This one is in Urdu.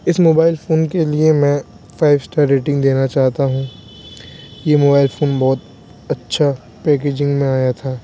اس موبائل فون کے لیے میں فائف اسٹار ریٹنگ دینا چاہتا ہوں یہ موبائل فون بہت اچھا پیکجنگ میں آیا تھا